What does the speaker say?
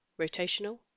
rotational